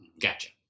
Gotcha